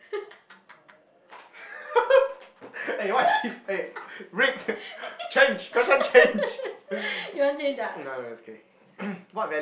you want to change ah